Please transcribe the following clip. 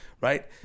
right